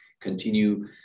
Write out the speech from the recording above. continue